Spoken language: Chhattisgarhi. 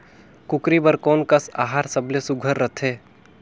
कूकरी बर कोन कस आहार सबले सुघ्घर रथे?